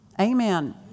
Amen